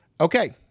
Okay